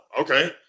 Okay